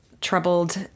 troubled